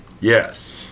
Yes